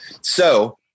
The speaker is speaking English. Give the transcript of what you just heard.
So-